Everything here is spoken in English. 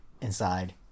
inside